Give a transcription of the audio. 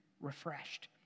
refreshed